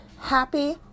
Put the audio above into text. happy